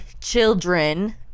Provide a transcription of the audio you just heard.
children